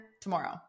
tomorrow